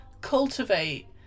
cultivate